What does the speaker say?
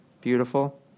Beautiful